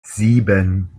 sieben